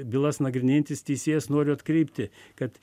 bylas nagrinėjantis teisėjas noriu atkreipti kad